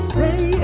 Stay